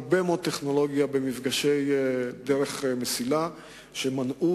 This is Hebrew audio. הרבה מאוד טכנולוגיה שימשה בהקמת מפגשי דרך מסילה שמנעו